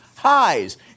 highs